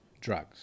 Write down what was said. drugs